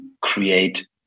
create